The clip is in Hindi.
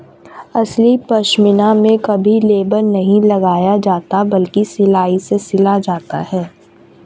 असली पश्मीना में कभी लेबल नहीं लगाया जाता बल्कि सिलाई से सिला जाता है